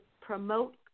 promote